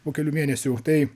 po kelių mėnesių tai